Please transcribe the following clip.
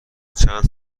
چند